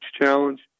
challenge